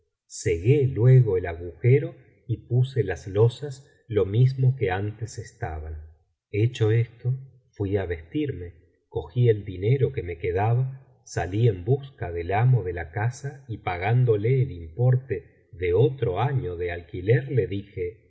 cegué luego el agujero y puse las losas lo mismo que antes estaban hecho esto fui á vestirme cogí el dinero que me quedaba salí en busca del amo de la casa y pagándole el importe de otro año de alquiler le dije